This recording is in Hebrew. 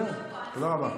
זהו, תודה רבה.